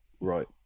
right